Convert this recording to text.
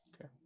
okay